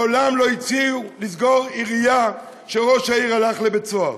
מעולם לא הציעו לסגור עירייה כשראש העיר הלך לבית-סוהר.